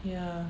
ya